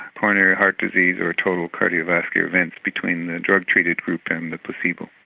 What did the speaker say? coronary heart disease or total cardiovascular events between the drug treated group and the placebo.